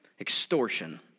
Extortion